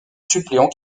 suppléant